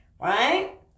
right